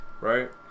right